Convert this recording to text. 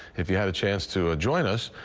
if you had a chance to ah join us,